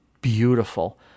beautiful